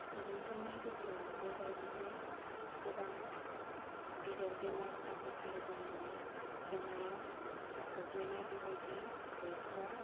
सुबुंफोरनि गेजेराव बेबायदिहाय गोबां गेदेर बेमार आजारफोर जानानै जेंनायाव गोग्लैनाय बेबायदि गैथ'वा